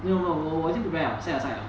no no 我我已经 prepared 了 set aside 了